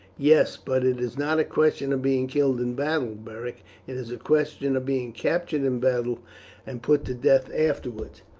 yes, but it is not a question of being killed in battle, beric it is a question of being captured in battle and put to death afterwards.